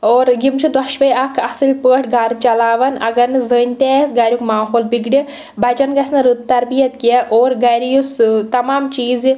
اور یِم چھِ دۄشوے اکھ اصٕل پٲٹھۍ گھرٕ چلاوان اگر نہٕ زٔنۍ تہِ آسہِ گھریٛک ماحول بِگڑِ بَچیٚن گژھہِ نہٕ رٕژ تربیت کینٛہہ اور گھرِ یُس ٲں تمام چیٖز یہِ